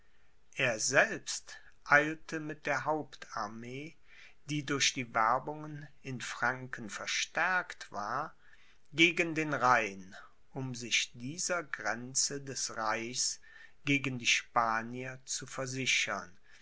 er selbst eilte mit der hauptarmee die durch die werbungen in franken verstärkt war gegen den rhein um sich dieser grenze des reichs gegen die spanier zu versichern